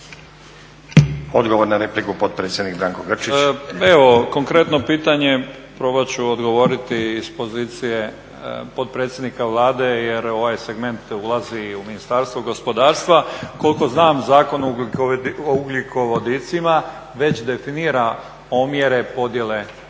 Odgovor na repliku, potpredsjednik Branko Grčić. **Grčić, Branko (SDP)** Evo, konkretno pitanje, probat ću odgovoriti s pozicije potpredsjednika Vlade jer ovaj segment ulazi u Ministarstvo gospodarstva. Koliko znam, Zakon o ugljikovodicima već definira omjere podjele